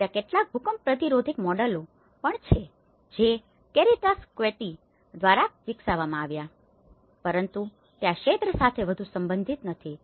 અને ત્યાં કેટલાક ભૂકંપ પ્રતિરોધક મોડેલો પણ છે જે કેરીટસ કેવીટી દ્વારા વિકસાવવામાં આવ્યા હતા પરંતુ તે આ ક્ષેત્ર સાથે વધુ સંબંધિત નથી